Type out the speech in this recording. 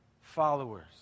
followers